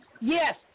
Yes